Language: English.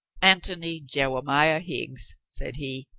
antony jewemiah higgs, said he,